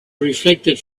reflected